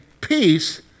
peace